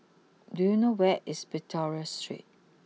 do you know where is Victoria Street